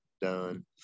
done